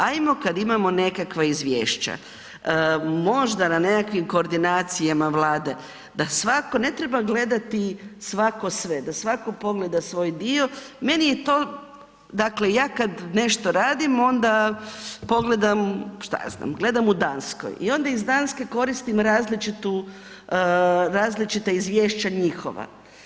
Ajmo, kad imamo nekakva izvješća možda na nekakvim koordinacijama vlade da svatko, ne treba gledati svatko sve, da svako pogleda svoj dio, meni je to dakle, ja kad nešto radim onda pogledam, šta ja znam gledam u Danskoj i onda iz Danske koristim različitu, različita izvješća njihova.